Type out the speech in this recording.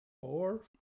four